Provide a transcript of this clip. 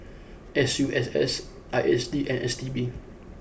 S U S S I S D and S T B